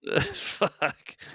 Fuck